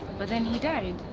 but then he died.